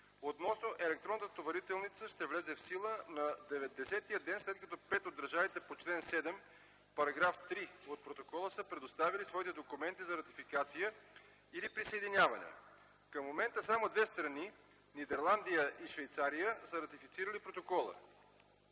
относно електронната товарителница ще влезе в сила на деветдесетия ден след като пет от държавите по чл. 7, § 3 от протокола са предоставили своите документи за ратификация или присъединяване. Към момента само две страни (Нидерландия и Швейцария) са ратифицирали протокола.